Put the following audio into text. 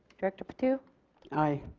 director patu aye.